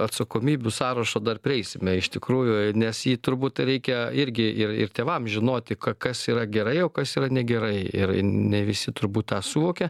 atsakomybių sąrašo dar prieisime iš tikrųjų nes jį turbūt reikia irgi ir ir tėvam žinoti ka kas yra gerai o kas yra negerai ir ne visi turbūt tą suvokia